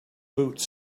boots